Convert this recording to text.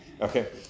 Okay